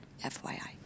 FYI